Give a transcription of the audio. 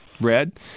Red